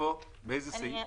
באיזה סעיף?